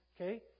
Okay